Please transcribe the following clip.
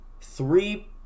three